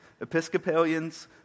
Episcopalians